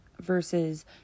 versus